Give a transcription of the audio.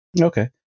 Okay